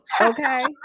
okay